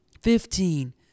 Fifteen